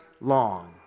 long